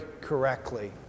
correctly